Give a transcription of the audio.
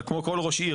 אבל כמו כל ראש עיר,